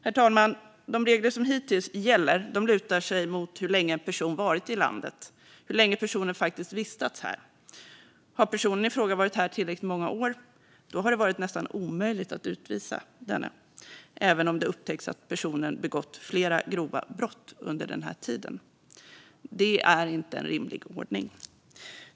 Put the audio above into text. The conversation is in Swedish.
Herr talman! De regler som hittills gäller, lutar sig mot hur länge en person har varit i landet, hur länge personen faktiskt har vistats här. Har personen i fråga varit här tillräckligt många år har det varit nästan omöjligt att utvisa denne, även om det har upptäckts att personen har begått flera grova brott under den tiden. Det är inte en rimlig ordning.